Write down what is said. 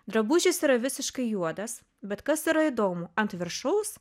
drabužis yra visiškai juodas bet kas yra įdomu ant viršaus